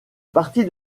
partie